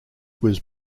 was